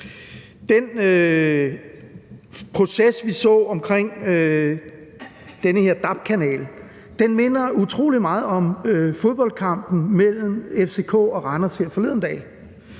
den proces, vi så omkring den her dab-kanal, minder utrolig meget om fodboldkampen mellem FCK og Randers her forleden dag,